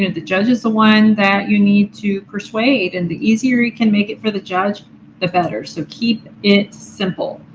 the judge is the one that you need to persuade, and the easier you can make it for the judge the better. so keep it simple.